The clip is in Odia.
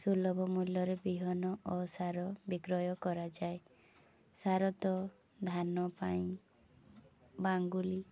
ସୁଲଭ ମୂଲ୍ୟରେ ବିହନ ଓ ସାର ବିକ୍ରୟ କରାଯାଏ ସାର ତ ଧାନ ପାଇଁ ବାଙ୍ଗୁଲି